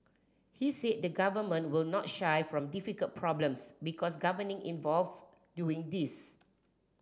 he said the government will not shy from difficult problems because governing involves doing these